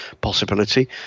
possibility